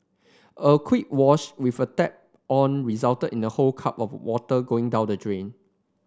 a quick wash with the tap on resulted in a whole cup of water going down the drain